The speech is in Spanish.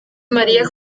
maría